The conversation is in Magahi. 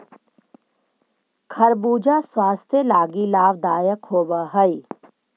खरबूजा स्वास्थ्य लागी लाभदायक होब हई